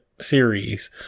series